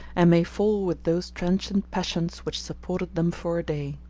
and may fall with those transient passions which supported them for a day.